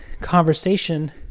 conversation